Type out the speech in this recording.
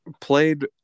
played